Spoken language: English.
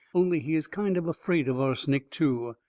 only he is kind of afraid of arsenic, too.